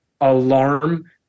alarm